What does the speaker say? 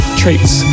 traits